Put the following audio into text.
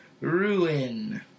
Ruin